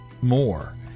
more